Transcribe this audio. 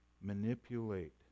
manipulate